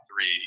three